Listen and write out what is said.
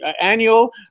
annual